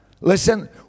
listen